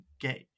get